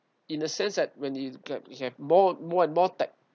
in a sense that when he's grab he have more more and more tech